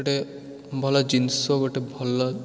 ଗୋଟେ ଭଲ ଜିନିଷ ଗୋଟେ ଭଲ